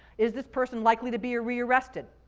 is this person likely to be rearrested?